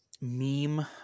meme